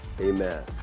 Amen